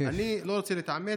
אני לא רוצה להתעמת.